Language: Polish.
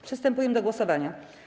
Przystępujemy do głosowania.